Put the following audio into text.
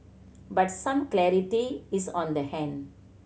but some clarity is on the hand